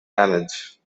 damage